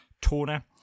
toner